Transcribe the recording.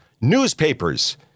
newspapers